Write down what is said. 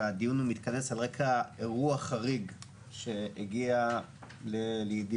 והדיון מתכנס על רקע אירוע חריג שהגיע לידיעתנו,